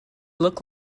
look